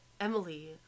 Emily